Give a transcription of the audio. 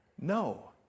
No